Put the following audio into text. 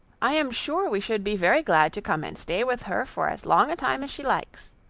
i am sure we should be very glad to come and stay with her for as long a time as she likes.